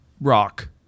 rock